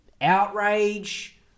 outrage